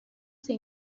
sia